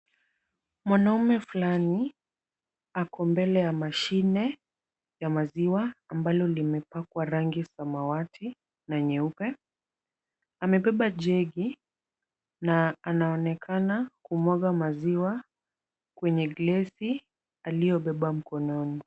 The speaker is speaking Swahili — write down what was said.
Mwanaume fulani ako mbele ya mashine ya maziwa ambalo limepakwa rangi ya samawati na nyeupe. Amebeba jegi na anaonekana kumwaga maziwa kwenye glesi aliyobeba mkononi.